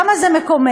למה זה מקומם?